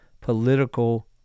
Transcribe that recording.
political